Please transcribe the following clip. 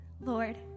Lord